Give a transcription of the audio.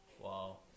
Wow